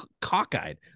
cockeyed